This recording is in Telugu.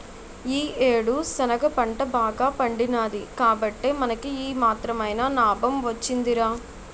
ఈ యేడు శనగ పంట బాగా పండినాది కాబట్టే మనకి ఈ మాత్రమైన నాబం వొచ్చిందిరా